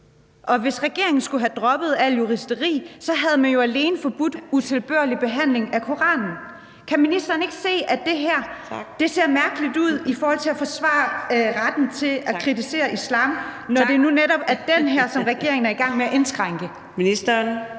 og hvis regeringen skulle have droppet al juristeri, havde man jo alene forbudt utilbørlig behandling af Koranen. Kan ministeren ikke se, at det her ser mærkeligt ud i forhold til at forsvare retten til at kritisere islam, når det nu netop er den, som regeringen er i gang med at indskrænke? Kl.